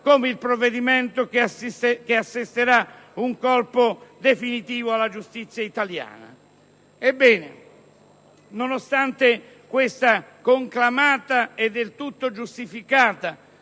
come il provvedimento che assesterà un colpo definitivo alla giustizia italiana. Ebbene, nonostante questa conclamata e del tutto giustificata